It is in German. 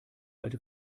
alte